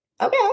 Okay